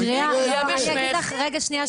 שנייה,